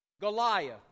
Goliath